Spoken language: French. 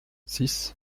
six